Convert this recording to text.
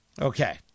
Okay